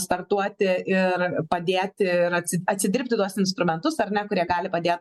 startuoti ir padėti ir atsi atsidirbti tuos instrumentus ar ne kurie gali padėt